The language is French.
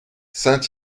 saint